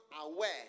aware